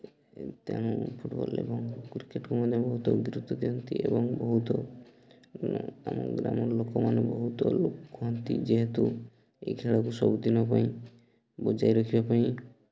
ତେଣୁ ଫୁଟ୍ବଲ୍ ଏବଂ କ୍ରିକେଟ୍କୁ ମଧ୍ୟ ବହୁତ ଗୁରୁତ୍ଵ ଦିଅନ୍ତି ଏବଂ ବହୁତ ଆମ ଗ୍ରାମର ଲୋକମାନେ ବହୁତ ଲୋପ କୁହନ୍ତି ଯେହେତୁ ଏଇ ଖେଳକୁ ସବୁଦିନ ପାଇଁ ବୁଝାଇ ରଖିବା ପାଇଁ